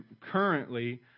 currently